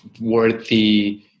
worthy